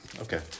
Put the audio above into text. Okay